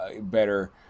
better